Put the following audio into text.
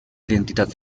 identitat